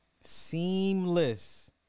seamless